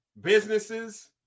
businesses